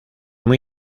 muy